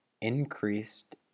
increased